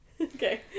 Okay